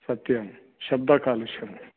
सत्यं शब्दकालुष्यं